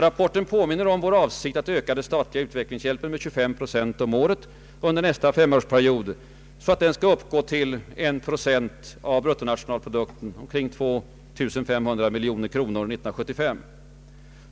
Rapporten erinrar om vår avsikt att öka den statliga utvecklingshjälpen med 25 procent per år under nästa femårsperiod, så att den skall uppgå till en procent av bruttonationalprodukten — omkring 2500 miljoner kronor — år 1975.